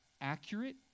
accurate